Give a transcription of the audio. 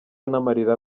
n’amarira